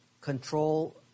control